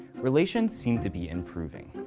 relations seem to be improving.